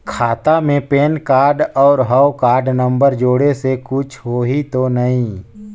खाता मे PAN card और हव कारड नंबर जोड़े से कुछ होही तो नइ?